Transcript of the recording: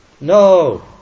No